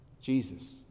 Jesus